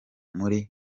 muri